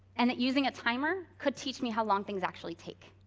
and that using a timer could teach me how long things actually take.